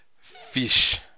Fish